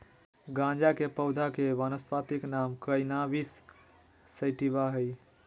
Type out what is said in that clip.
गाँजा के पौधा के वानस्पति नाम कैनाबिस सैटिवा हइ